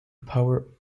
power